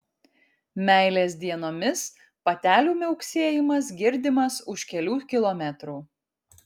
meilės dienomis patelių miauksėjimas girdimas už kelių kilometrų